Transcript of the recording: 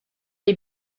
les